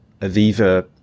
Aviva